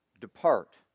Depart